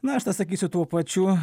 na aš atsakysiu tuo pačiu